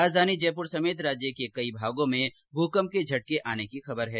राजधानी जयपुर समेत राज्य के कई भागों में भूकंप के झटके आने की खबर है